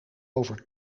over